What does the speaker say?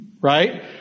Right